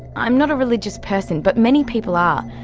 i'm not a religious person, but many people are,